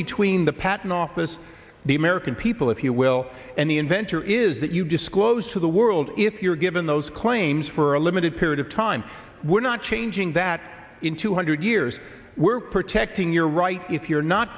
between the patent office the american people if you will and the inventor is that you disclosed to the world if you're given those claims for a limited period of time we're not changing that in two hundred years we're protecting your right if you're not